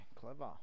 Clever